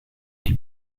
die